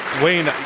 wayne,